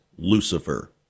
Lucifer